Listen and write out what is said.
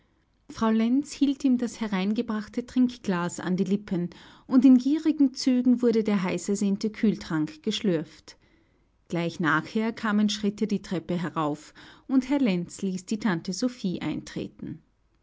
frau lenz hielt ihm das hereingebrachte trinkglas an die lippen und in gierigen zügen wurde der heißersehnte kühltrank geschlürft gleich nachher kamen schritte die treppe herauf und herr lenz ließ die tante sophie eintreten